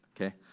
Okay